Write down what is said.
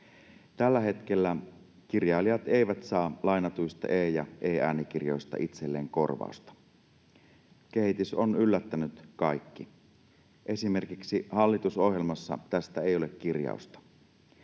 Tällä hetkellä kirjailijat eivät saa lainatuista e-kirjoista ja e-äänikirjoista itselleen korvausta. Kehitys on yllättänyt kaikki. Esimerkiksi hallitusohjelmassa tästä ei ole kirjausta.